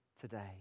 today